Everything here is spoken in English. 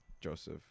Joseph